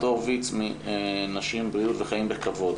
הורוביץ מ'נשים בריאות וחיים בכבוד'.